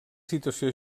situació